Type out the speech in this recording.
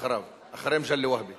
מגלי, אני